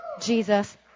Jesus